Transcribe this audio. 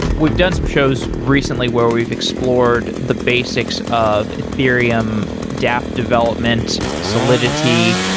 we've done some shows recently, where we've explored the basics of ethereum dapp development, solidity.